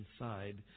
inside